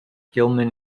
gilman